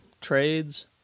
trades